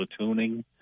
platooning